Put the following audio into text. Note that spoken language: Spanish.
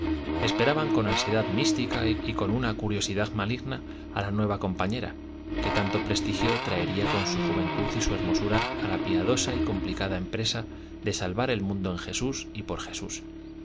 esperaban con ansiedad mística y con una curiosidad maligna a la nueva compañera que tanto prestigio traería con su juventud y su hermosura a la piadosa y complicada empresa de salvar el mundo en jesús y por jesús